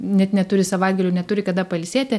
net neturi savaitgalių neturi kada pailsėti